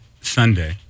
Sunday